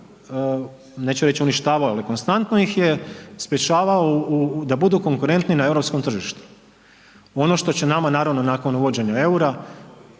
neću reći uništavao ali konstantno ih je sprječavao da budu konkurentni na europskom tržištu. Ono što će nama naravno nakon uvođenja eura